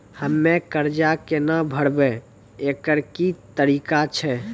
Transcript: हम्मय कर्जा केना भरबै, एकरऽ की तरीका छै?